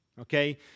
okay